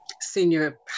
senior